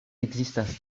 ekzistas